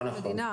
לא נכון.